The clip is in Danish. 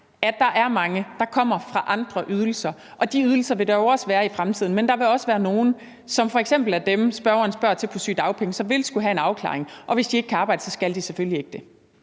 at der er mange, der kommer fra andre ydelser, og de ydelser vil jo også være der i fremtiden. Men der vil også være nogle som f.eks. dem på sygedagpenge, som spørgeren spørger til, som vil skulle have en afklaring, og hvis de ikke kan arbejde, skal de selvfølgelig ikke det.